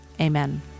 Amen